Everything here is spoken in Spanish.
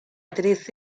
actriz